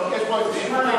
יש פה איזה שיפורים.